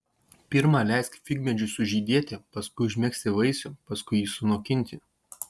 pirma leisk figmedžiui sužydėti paskui užmegzti vaisių paskui jį sunokinti